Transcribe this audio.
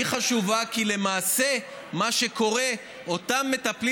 היא חשובה כי למעשה מה שקורה הוא שאותם מטפלים